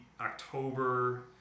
October